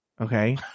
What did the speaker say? Okay